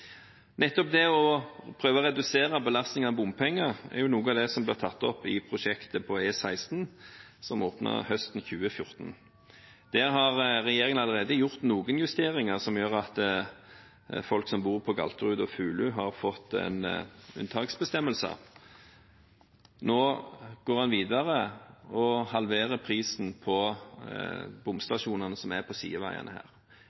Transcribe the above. Nettopp det å prøve å redusere belastningen med hensyn til bompenger er noe av det som ble tatt opp i prosjektet på E16 som åpnet høsten 2014. Der har regjeringen allerede gjort noen justeringer, som gjør at folk som bor på Galterud og Fulu har fått en unntaksbestemmelse. Nå går en videre og halverer prisen på bomstasjonene som er på sideveiene her.